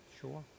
sure